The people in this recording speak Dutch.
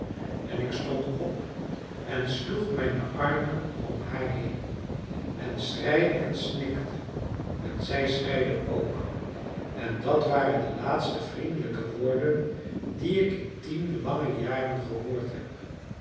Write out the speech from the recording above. en ik stond op en sloeg mijne armen om haar heen en schreide en snikte en zij schreide ook en dat waren de laatste vriendelijke woorden die ik in tien lange jaren gehoord heb